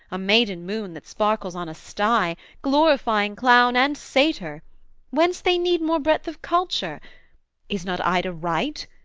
a maiden moon that sparkles on a sty, glorifying clown and satyr whence they need more breadth of culture is not ida right?